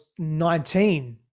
19